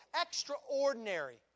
extraordinary